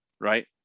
right